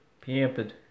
Pampered